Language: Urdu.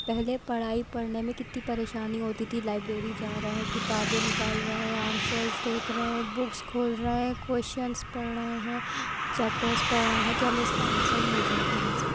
پہلے پڑھائی پڑھنے میں کتنی پریشانی ہوتی تھی لائبریری جا رہے ہیں کتابیں نکال رہے ہیں آنسرس دیکھ رہے ہیں بکس کھول رہے ہیں کوئسچنس پڑھ رہے ہیں چیپٹر پڑھ رہے ہیں کہ ہمیں اس کا آنسر مل جائے کہیں سے